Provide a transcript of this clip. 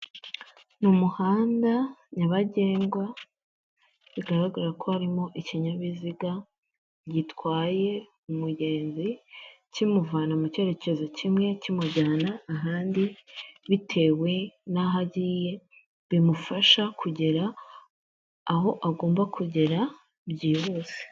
Ni umuhanda nyabagendwa bigaragara ko harimo ikinyabiziga gitwaye umugenzi kimuvana mu cyerekezo kimwe kimujyana ahandi bitewe n'aho agiye bimufasha kugera aho agomba kugera byihuse.